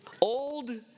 Old